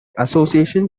association